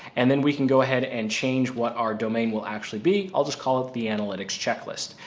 and then we can go ahead and change what our domain will actually be. i'll just call it the analytics checklist.